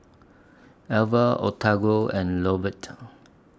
Elva Octavio and Lovett